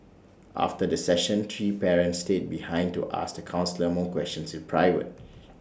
after the session three parents stayed behind to ask the counsellor more questions in private